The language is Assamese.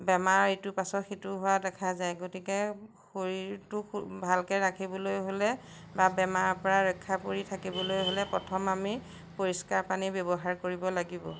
বেমাৰ ইটোৰ পাছত সিটো হোৱা দেখা যায় গতিকে শৰীৰটো ভালকৈ ৰাখিবলৈ হ'লে বা বেমাৰৰপৰা ৰক্ষা পৰি থাকিবলৈ হ'লে প্ৰথম আমি পৰিষ্কাৰ পানী ব্যৱহাৰ কৰিব লাগিব